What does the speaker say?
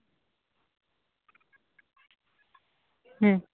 ᱦᱩᱸ